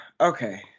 Okay